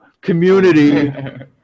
community